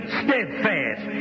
steadfast